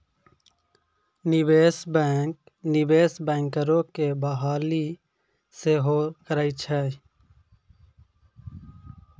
निवेशे बैंक, निवेश बैंकरो के बहाली सेहो करै छै